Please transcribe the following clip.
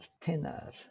thinner